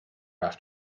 have